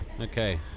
okay